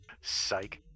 Psych